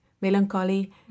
Melancholy